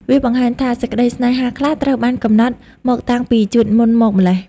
វាបង្ហាញថាសេចក្ដីស្នេហាខ្លះ ត្រូវបានកំណត់មកតាំងពីជាតិមុនមកម៉្លេះ។